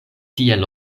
tiel